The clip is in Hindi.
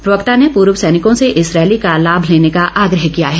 प्रवक्ता ने पूर्व सैनिकों से इस रैली का लाभ लेने का आग्रह किया है